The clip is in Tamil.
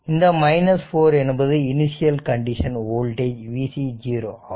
இந்த 4 என்பது initial condition voltage v c 0 ஆகும்